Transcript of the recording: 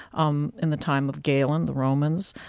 um in the time of galen, the romans,